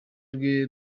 rwe